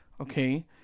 okay